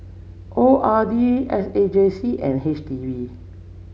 O R D S A J C and H D B